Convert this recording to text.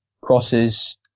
crosses